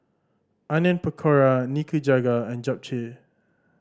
Onion Pakora Nikujaga and Japchae